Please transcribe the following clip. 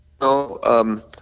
no